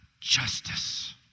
justice